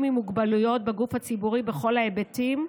עם מוגבלויות בגוף הציבורי בכל ההיבטים.